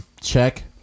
check